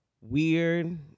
weird